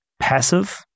passive